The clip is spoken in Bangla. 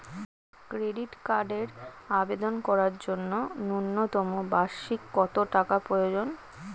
ক্রেডিট কার্ডের আবেদন করার জন্য ন্যূনতম বার্ষিক কত টাকা প্রয়োজন?